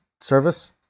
Service